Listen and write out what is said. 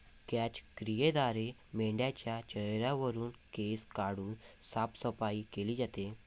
क्रॅच क्रियेद्वारे मेंढाच्या चेहऱ्यावरुन केस काढून साफसफाई केली जाते